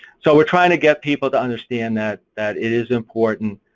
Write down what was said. so we're trying to get people to understand that that it is important